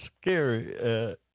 scary